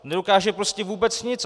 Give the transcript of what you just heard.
Nedokáže prostě vůbec nic.